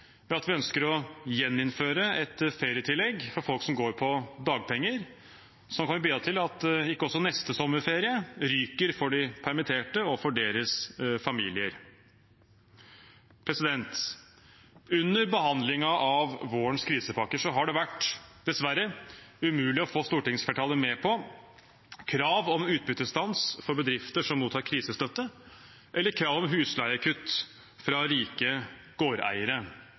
Vi ønsker å gjeninnføre et ferietillegg for folk som går på dagpenger, noe som vil bidra til at ikke også neste sommerferie ryker for de permitterte og deres familie. Under behandlingen av vårens krisepakker har det dessverre vært umulig å få stortingsflertallet med på krav om utbyttestans for bedrifter som mottar krisestøtte, eller krav om husleiekutt fra rike gårdeiere.